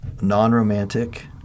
non-romantic